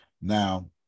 Now